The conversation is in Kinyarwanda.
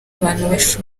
abantu